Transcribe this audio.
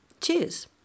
Cheers